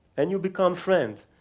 and you become friends.